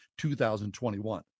2021